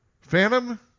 Phantom